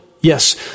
yes